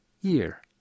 year